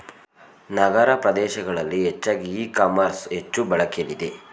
ನಗರ ಪ್ರದೇಶಗಳಲ್ಲಿ ಹೆಚ್ಚಾಗಿ e commerce ಹೆಚ್ಚು ಬಳಕೆಲಿದೆ